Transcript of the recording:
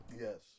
Yes